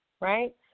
Right